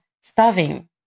starving